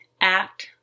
act